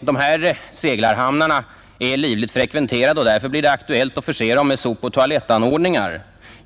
De här seglarhamnarna är livligt frekventerade, och därför blir det aktuellt att förse dem med sopoch toalettanordningar.